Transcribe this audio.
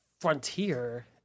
frontier